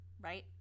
right